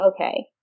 Okay